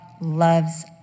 loves